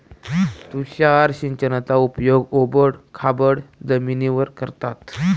तुषार सिंचनाचा उपयोग ओबड खाबड जमिनीवर करतात